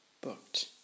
booked